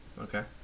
Okay